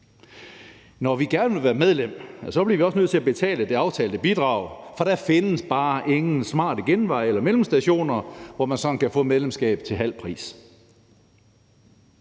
Når vi gerne vil være medlem, bliver vi også nødt til at betale det aftalte bidrag, for der findes bare ingen smarte genveje eller mellemstationer, hvor man sådan kan få medlemskab til halv pris.